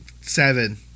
seven